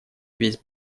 весь